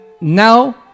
now